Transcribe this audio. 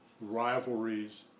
rivalries